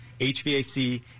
HVAC